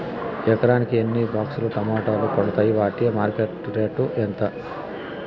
ఎకరాకి ఎన్ని బాక్స్ లు టమోటాలు పండుతాయి వాటికి మార్కెట్లో రేటు ఎంత?